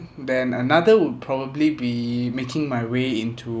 then another would probably be making my way into